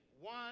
one